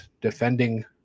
defending